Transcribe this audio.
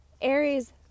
Aries